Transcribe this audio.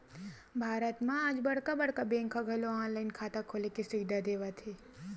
भारत म आज बड़का बड़का बेंक ह घलो ऑनलाईन खाता खोले के सुबिधा देवत हे